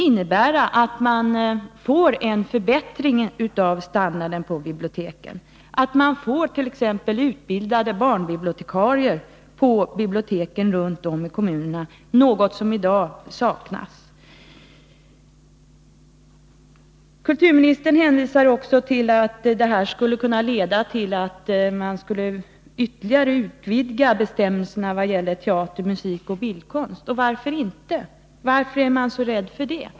Danmark — att man får en förbättring av standarden på biblioteken, att man får t.ex. utbildade barnbibliotekarier på biblioteken runt om i kommunerna, något som i dag saknas. Kulturministern hänvisar också till att en lagstiftning skulle kunna leda till en ytterligare utvidgning av bestämmelserna i vad gäller teater, musik och bildkonst. Varför inte? Varför är man så rädd för det?